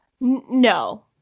No